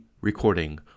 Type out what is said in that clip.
recording